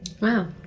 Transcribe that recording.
Wow